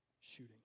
shooting